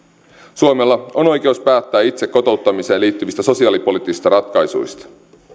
suomella on oikeus päättää itse kotouttamiseen liittyvistä sosiaalipoliittisista ratkaisuista